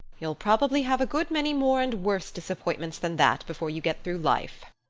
you'll probably have a good many more and worse disappointments than that before you get through life,